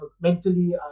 mentally